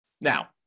Now